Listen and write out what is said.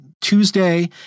tuesday